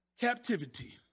captivity